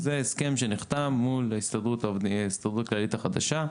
זה הסכם שנחתם מול ההסתדרות הכללית החדשה,